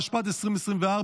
התשפ"ד 2024,